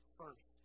first